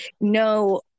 no